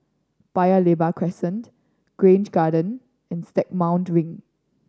Paya Lebar Crescent Grange Garden and Stagmont Ring